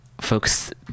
folks